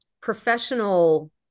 professional